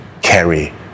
carry